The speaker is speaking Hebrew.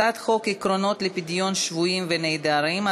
הצעת חוק עקרונות לפדיון שבויים ונעדרים,